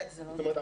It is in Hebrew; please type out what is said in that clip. זאת אומרת,